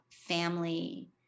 family